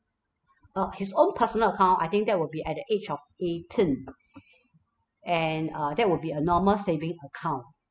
uh his own personal account I think that will be at the age of eighteen and uh that will be a normal saving account